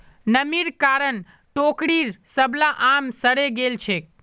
नमीर कारण टोकरीर सबला आम सड़े गेल छेक